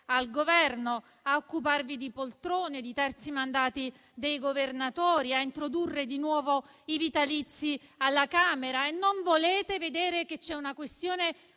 al Governo, a occuparvi di poltrone di terzi mandati dei governatori, a introdurre di nuovo i vitalizi alla Camera. Non volete vedere che c'è una questione